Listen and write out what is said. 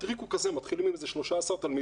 הטריק הוא שמתחילים עם איזה 13 תלמידים,